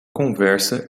conversa